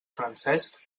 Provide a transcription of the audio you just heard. francesc